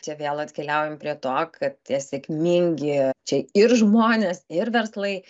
čia vėl atkeliaujam prie to kad tie sėkmingi čia ir žmonės ir verslai